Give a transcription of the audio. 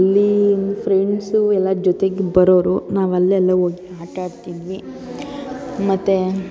ಅಲ್ಲಿ ಫ್ರೆಂಡ್ಸು ಎಲ್ಲ ಜೊತೆಗೆ ಬರೋವ್ರು ನಾವು ಅಲ್ಲೆಲ್ಲ ಹೋಗಿ ಆಟ ಆಡ್ತಿದ್ವಿ ಮತ್ತು